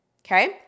Okay